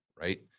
right